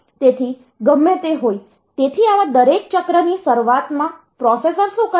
તેથી ગમે તે હોય તેથી આવા દરેક ચક્રની શરૂઆતમાં પ્રોસેસર શું કરશે